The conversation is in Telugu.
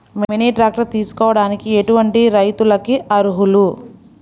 మినీ ట్రాక్టర్ తీసుకోవడానికి ఎటువంటి రైతులకి అర్హులు?